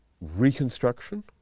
reconstruction